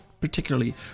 particularly